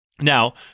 Now